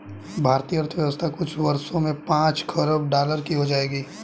भारतीय अर्थव्यवस्था कुछ वर्षों में पांच खरब डॉलर की हो जाएगी